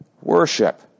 worship